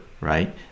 right